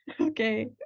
Okay